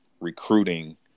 recruiting